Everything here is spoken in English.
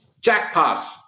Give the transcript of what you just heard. jackpot